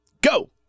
go